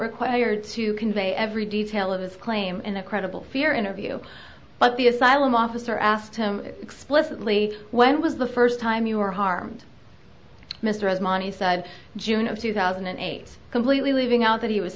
required to convey every detail of his claim in a credible fear interview but the asylum officer asked him explicitly when was the first time you were harmed mr as monny said june of two thousand and eight completely leaving out that he was